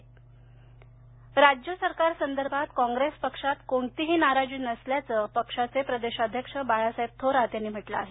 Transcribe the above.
थोरात राज्य सरकारसंदर्भात काँग्रेस पक्षात कोणतीही नाराजी नसल्याचं पक्षाचे प्रदेशाध्यक्ष बाळासाहेब थोरात यांनी म्हटलं आहे